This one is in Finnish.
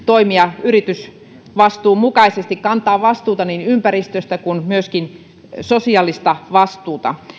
toimia yritysvastuun mukaisesti kantaa vastuuta niin ympäristöstä kuin myöskin sosiaalista vastuuta